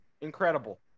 incredible